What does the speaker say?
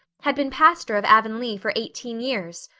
had been pastor of avonlea for eighteen years.